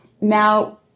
Now